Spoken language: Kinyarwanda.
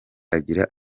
agira